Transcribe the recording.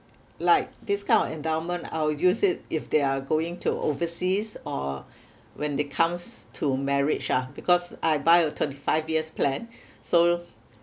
like this kind of endowment I will use it if they are going to overseas or when they comes to marriage ah because I buy a twenty five years plan so